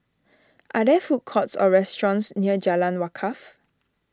are there food courts or restaurants near Jalan Wakaff